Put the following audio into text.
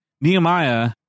Nehemiah